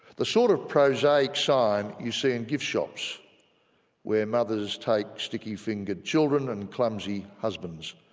the sort of prosaic sign you see in gift shops where mothers take sticky-fingered children and clumsy husbands,